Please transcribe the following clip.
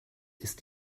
ist